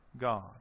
God